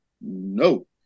No